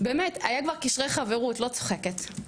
באמת, היו כבר קשרי חברות, אני לא צוחקת.